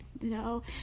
No